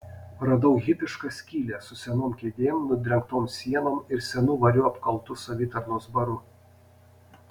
radau hipišką skylę su senom kėdėm nudrengtom sienom ir senu variu apkaltu savitarnos baru